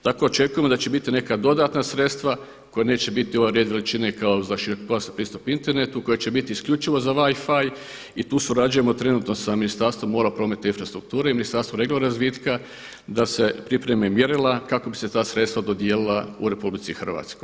Tako očekujemo da će biti neka dodatna sredstva koja neće biti … red veličine kao za širokopojasni pristup internetu koji će biti isključivo za Wifi i tu surađujemo trenutno sa Ministarstvom mora, prometa i infrastrukture i Ministarstvom regionalnog razvitka da se pripreme mjerila kako bi se ta sredstva dodijelila u RH.